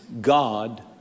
God